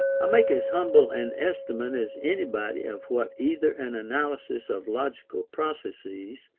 i make as humble an estimate as anybody of what either an analysis of logical processes,